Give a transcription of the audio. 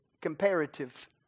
comparative